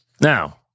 Now